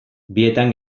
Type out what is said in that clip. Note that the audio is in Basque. bietan